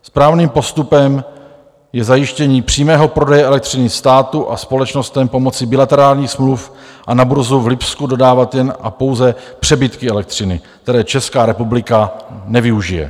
Správným postupem je zajištění přímého prodeje elektřiny státu a společnostem pomocí bilaterárních smluv a na burzu v Lipsku dodávat jen a pouze přebytky elektřiny, které Česká republika nevyužije.